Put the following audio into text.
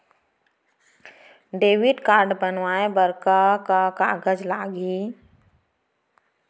Debit card बनवाये बर का का कागज लागही?